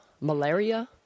malaria